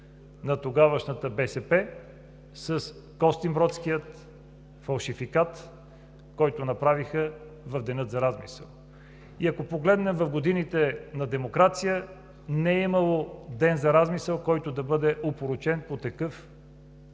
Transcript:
на тогавашната БСП с костинбродския фалшификат, който направиха в деня за размисъл. Ако погледнем в годините на демокрация, не е имало ден за размисъл, който да бъде опорочен по такъв